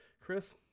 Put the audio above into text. Chris